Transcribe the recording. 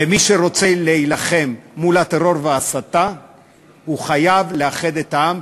ומי שרוצה להילחם בטרור וההסתה חייב לאחד את העם,